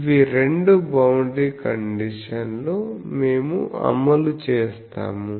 ఇవి రెండు బౌండరీ కండిషన్లు మేము అమలు చేస్తాము